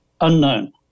unknown